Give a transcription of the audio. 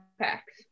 packs